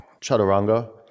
Chaturanga